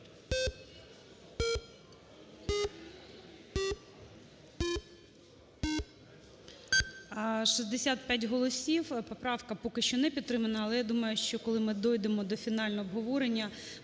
65 голосів, поправка поки що не підтримана. Але я думаю, що коли ми дійдемо до фінального обговорення,